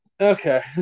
Okay